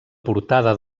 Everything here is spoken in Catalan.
portada